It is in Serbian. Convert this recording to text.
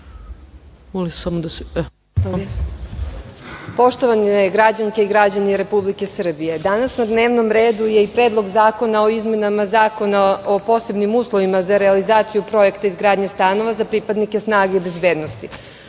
Poštovane građanke i građani Republike Srbije, danas na dnevnom redu je i Predlog zakona o izmenama Zakona o posebnim uslovima za realizaciju projekta i izgradnje stanova za pripadnike snage i bezbednosti. Šta